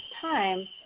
time